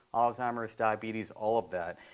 alzheimer's, diabetes, all of that.